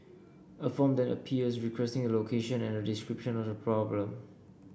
a form then appears requesting the location and a description of the problem